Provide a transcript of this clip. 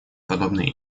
подобные